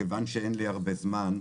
כיוון שאין לי הרבה זמן,